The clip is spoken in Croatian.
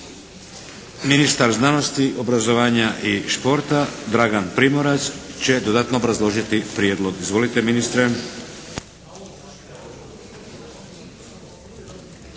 Ministar znanosti, obrazovanja i športa Dragan Primorac će dodatno obrazložiti prijedlog. Izvolite ministre.